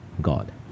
God